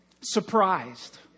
surprised